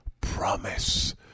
promise